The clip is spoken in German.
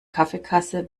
kaffeekasse